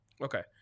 Okay